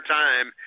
time